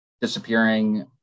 disappearing